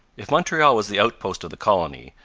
if montreal was the outpost of the colony,